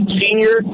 senior